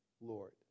Lord